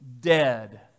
dead